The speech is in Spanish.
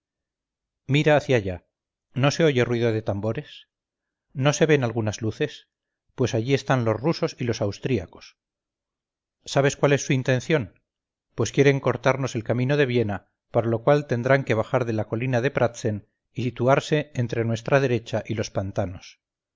mira hacia allá no se oye ruido de tambores no se ven algunas luces pues allí están los rusos y los austriacos sabes cuál es su intención pues quieren cortarnos el camino de viena para lo cual tendrán que bajar de la colina de pratzen y situarse entre nuestra derecha y los pantanos